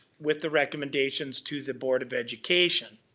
with the recommendations to the board of education.